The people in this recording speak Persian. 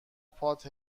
پات